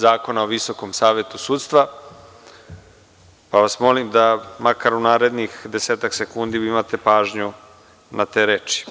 Zakona o VSS, pa vas molim da makar u narednih desetak sekundi imati pažnju na te reči.